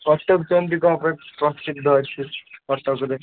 କଟକ କେମିତି କ'ଣ ପାଇଁ ପ୍ରସିଦ୍ଧ ଅଛି କଟକରେ